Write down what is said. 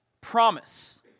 promise